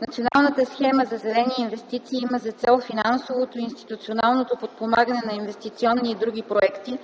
Националната схема за зелени инвестиции има за цел финансовото и институционалното подпомагане на инвестиционни и други проекти,